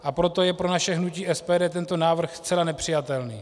A proto je pro naše hnutí SPD tento návrh zcela nepřijatelný.